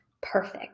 perfect